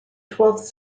twelfth